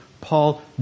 Paul